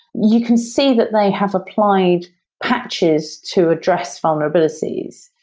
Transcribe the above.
you can see that they have applied patches to address vulnerabilities,